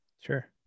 sure